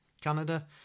Canada